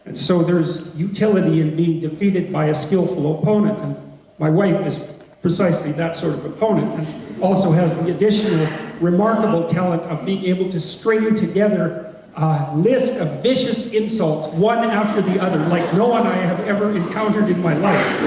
so there's utility and mean defeated by a skillful opponent, and my wife was precisely that sort of opponent and also has the addition the remarkable talent of being able to straighten together a list of vicious insults one after the other like no one i've ever encountered in my life.